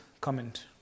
comment